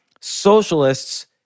socialists